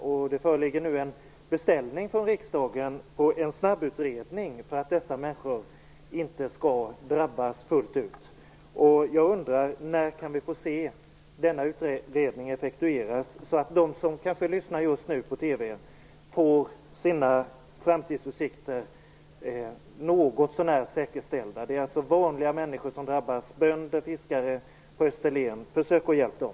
Nu föreligger en beställning från riksdagen på en snabbutredning för att dessa människor inte skall drabbas fullt ut av fastighetsskatten. Jag undrar när vi kan få se denna utredning effektueras, så att de som kanske ser på TV just nu får sina framtidsutsikter något så när säkerställda. Det är vanliga människor som drabbas: bönder och fiskare på Österlen t.ex. Försök att hjälpa dem!